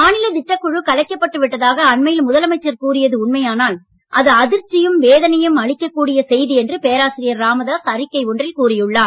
மாநில திட்டக் குழு கலைக்கப்பட்டு விட்டதாக அண்மையில் முதலமைச்சர் கூறியது உண்மையானால் அது அதிர்ச்சியும் வேதனையும் அளிக்க கூடிய செய்தி என்று பேராசிரியர் ராமதாஸ் அறிக்கை ஒன்றில் கூறி உள்ளார்